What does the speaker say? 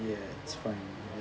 ya it's fine